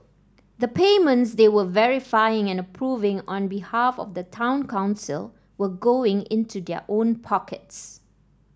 the payments they were verifying and approving on behalf of the town council were going into their own pockets